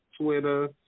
Twitter